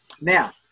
Now